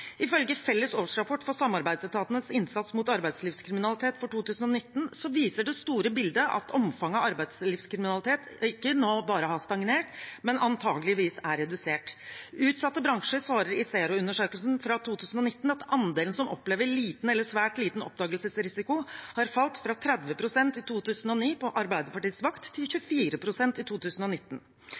Ifølge Felles årsrapport for etatenes innsats mot arbeidslivskriminalitet 2019 viser det store bildet at omfanget av arbeidslivskriminalitet ikke nå bare har stagnert, men antakeligvis er redusert. Utsatte bransjer svarer i SERO-undersøkelsen fra 2019 at andelen som opplever liten eller svært liten oppdagelsesrisiko, har falt fra 30 pst. i 2009, på Arbeiderpartiets vakt, til 24 pst. i 2019.